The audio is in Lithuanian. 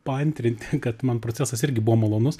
paantrinti kad man procesas irgi buvo malonus